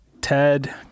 Ted